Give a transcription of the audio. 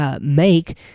Make